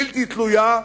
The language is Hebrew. בלתי תלויה,